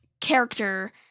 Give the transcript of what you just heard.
character